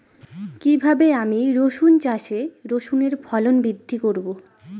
কীভাবে আমি রসুন চাষে রসুনের ফলন বৃদ্ধি করব?